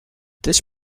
this